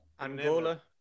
Angola